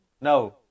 No